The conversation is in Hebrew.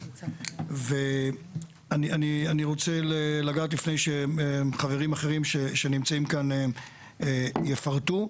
ואני רוצה לגעת לפני שחברים אחרים שנמצאים כאן יפרטו.